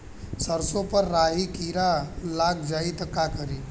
सरसो पर राही किरा लाग जाई त का करी?